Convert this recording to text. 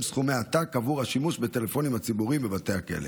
סכומי העתק עבור השימוש בטלפונים הציבוריים בבתי הכלא".